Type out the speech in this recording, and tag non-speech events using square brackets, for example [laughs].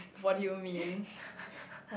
what you mean [laughs]